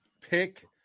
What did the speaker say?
pick